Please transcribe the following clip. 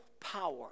power